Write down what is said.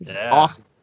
Awesome